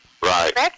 Right